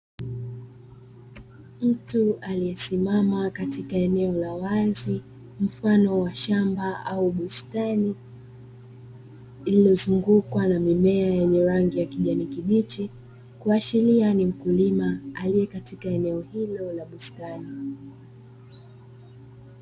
Mtu aliyesimama katika eneo la wazi mfano wa shamba au bustani iliyozungukwa na mimea yenye ya rangi ya kijani kibichi, kuashiria ni mkulima aliyekatika eneo hilo la bustani.